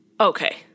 Okay